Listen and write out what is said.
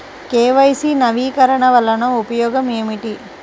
KYC నవీకరణ వలన ఉపయోగం ఏమిటీ?